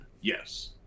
Yes